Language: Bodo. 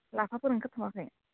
लाफाफोर ओंखारथ'वाखै